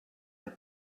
and